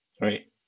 right